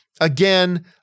again